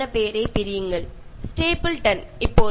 അപ്പോൾ നമുക്ക് സ്റ്റേപ്പിൾ എന്നും ടൺ എന്നും കിട്ടുന്നു